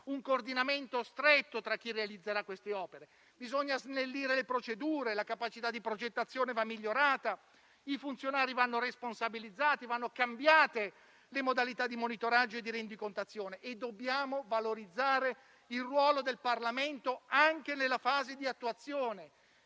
un coordinamento stretto tra chi realizzerà queste opere. Bisogna snellire le procedure, la capacità di progettazione va migliorata, i funzionari vanno responsabilizzati, vanno cambiate le modalità di monitoraggio e di rendicontazione. Dobbiamo inoltre valorizzare il ruolo del Parlamento anche nella fase di attuazione.